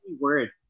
word